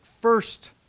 first